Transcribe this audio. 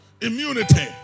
immunity